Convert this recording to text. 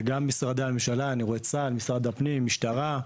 גם משרדי הממשלה, משרד הפנים, משטרה.